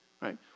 Right